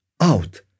out